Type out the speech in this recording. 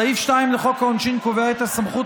סעיף 2 לחוק העונשין קובע את הסמכות